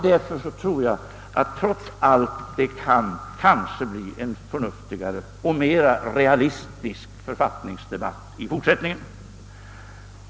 Därför tror jag att det trots allt kanske kan bli en mera förnuftig och realistisk författningsdebatt i fortsättningen.